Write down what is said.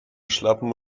schlappen